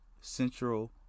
Central